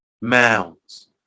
mounds